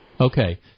Okay